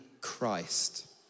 Christ